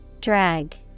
Drag